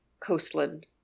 coastland